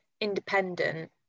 independent